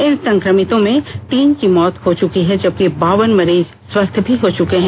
इन संक्रमितों में तीन की मौत हो चुकी है जबकि बावन मरीज स्वस्थ भी हो चुके हैं